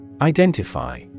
Identify